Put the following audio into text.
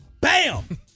Bam